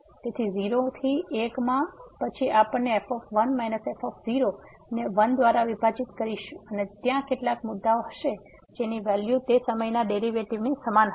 તેથી 0 થી 1 માં પછી આપણને f f ને 1 દ્વારા વિભાજિત કરીશું અને ત્યાં કેટલાક મુદ્દા હશે જેની વેલ્યુ તે સમયેના ડેરિવેટિવની સમાન હશે